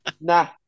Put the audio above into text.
Nah